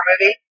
movie